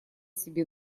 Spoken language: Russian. себе